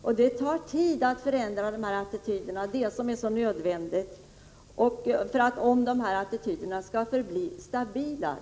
Det tar tid att få till stånd en ändring i människors attityder till sådana här frågor, men det är synnerligen nödvändigt att så sker. Det behövs också en stabilitet i attityderna.